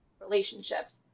relationships